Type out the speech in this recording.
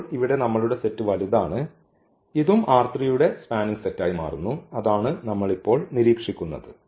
ഇപ്പോൾ ഇവിടെ നമ്മളുടെ സെറ്റ് വലുതാണ് ഇതും യുടെ സ്പാനിങ് സെറ്റായി മാറുന്നു അതാണ് നമ്മൾ ഇപ്പോൾ നിരീക്ഷിക്കുന്നത്